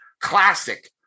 classic